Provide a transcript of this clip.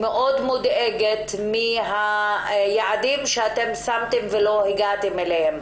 מודאגת מאוד מן היעדים שאתם קבעתם ולא הגעתם אליהם.